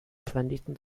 planeten